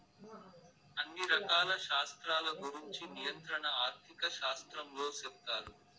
అన్ని రకాల శాస్త్రాల గురుంచి నియంత్రణ ఆర్థిక శాస్త్రంలో సెప్తారు